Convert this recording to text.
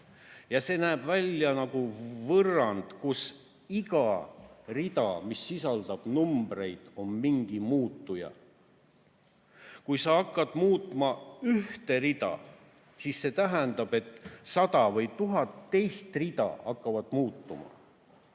See näeb välja nagu võrrand, kus iga rida, mis sisaldab numbreid, on mingi muutuja. Kui sa hakkad muutma ühte rida, siis see tähendab, et 100 või 1000 teist rida hakkavad muutuma.